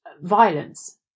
violence